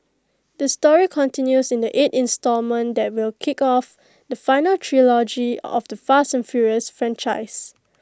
the story continues in the eight instalment that will kick off the final trilogy of the fast and furious franchise